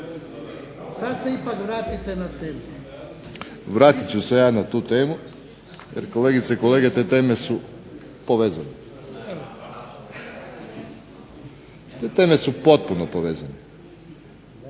**Koračević, Zlatko (HNS)** Vratit ću se ja na tu temu jer kolegice i kolege, te teme su povezane. Te teme su potpuno povezane.